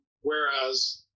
Whereas